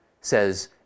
says